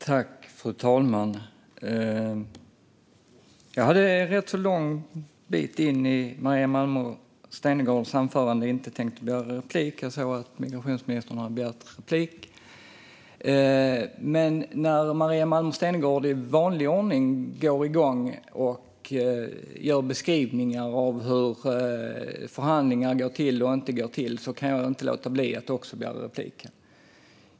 Fru talman! Rätt så långt in i Maria Malmer Stenergards anförande hade jag inte tänkt begära replik - jag såg att migrationsministern hade begärt replik - men när Maria Malmer Stenergard i vanlig ordning gick igång och gav beskrivningar av hur förhandlingar gått till och inte gått till kunde jag inte låta bli att också begära replik.